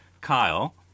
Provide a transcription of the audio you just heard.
Kyle